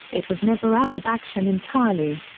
it was never out of action entirely.